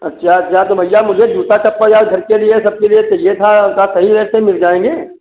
अच्छा अच्छा तो भैया मुझे जूता चप्पल यार घर के लिए सबके लिए चाहिए था हम कहा सही रेट पर मिल जाएँगे